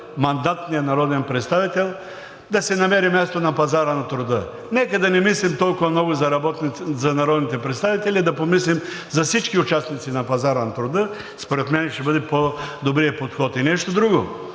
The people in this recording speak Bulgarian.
мандатният народен представител, да си намери място на пазара на труда. Нека да не мислим толкова много за народните представители, а да помислим за всички участници на пазара на труда. Според мен ще бъде по-добрият подход. И нещо друго.